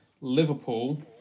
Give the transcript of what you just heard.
Liverpool